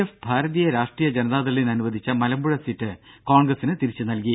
F ഭാരതീയ രാഷ്ട്രീയ ജനതാദളിന് അനുവദിച്ച മലമ്പുഴ സീറ്റ് കോൺഗ്രസിന് തിരിച്ച് നൽകി